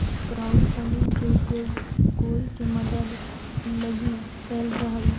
crowdfunding के उपयोग कोई के मदद लगी कैल जा हई